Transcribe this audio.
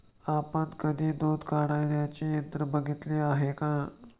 आपण कधी दूध काढण्याचे यंत्र बघितले आहे का?